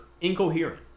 incoherent